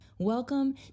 Welcome